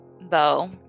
bow